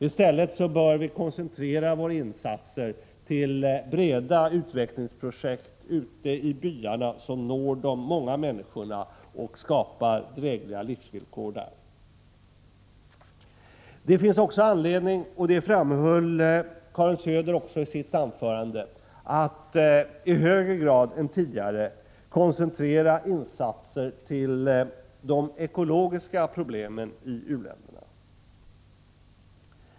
I stället bör vi koncentrera våra insatser till breda utvecklingsprojekt ute i byarna, så att vi når de många människorna och kan skapa hyggliga livsvillkor för dessa. Som Karin Söder framhöll i sitt anförande finns det också anledning att i högre grad än tidigare koncentrera insatserna på de ekologiska problemen i u-länderna.